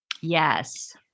Yes